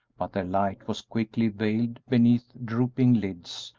but their light was quickly veiled beneath drooping lids,